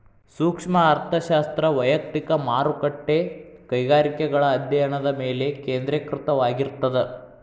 ಸೂಕ್ಷ್ಮ ಅರ್ಥಶಾಸ್ತ್ರ ವಯಕ್ತಿಕ ಮಾರುಕಟ್ಟೆ ಕೈಗಾರಿಕೆಗಳ ಅಧ್ಯಾಯನದ ಮೇಲೆ ಕೇಂದ್ರೇಕೃತವಾಗಿರ್ತದ